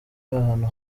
ahantu